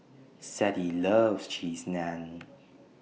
Sadie loves Cheese Naan